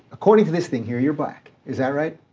according to this thing here, you're black, is that right?